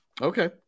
Okay